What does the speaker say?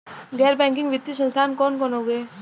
गैर बैकिंग वित्तीय संस्थान कौन कौन हउवे?